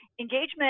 Engagement